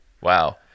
Wow